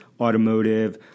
automotive